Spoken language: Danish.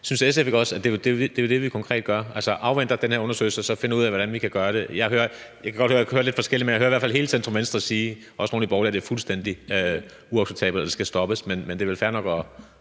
men synes SF ikke også, at det jo er det, vi konkret gør, altså afventer den her undersøgelse og så finder ud af, hvordan vi kan gøre det? Jeg hører lidt forskellige ting, men jeg hører i hvert fald hele centrum-venstre sige – og også nogle af de borgerlige – at det er fuldstændig uacceptabelt, og at det skal stoppes. Men det er vel fair nok at